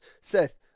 Seth